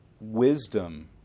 wisdom